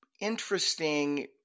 interesting